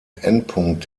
endpunkt